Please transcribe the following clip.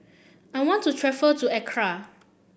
I want to to Accra